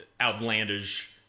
outlandish